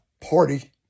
party